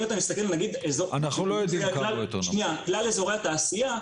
אם אתה מסתכל על כלל אזורי התעשייה,